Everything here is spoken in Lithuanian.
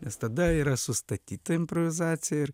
nes tada yra sustatyta improvizacija ir